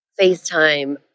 FaceTime